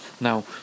now